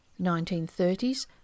1930s